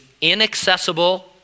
inaccessible